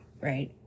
right